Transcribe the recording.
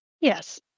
Yes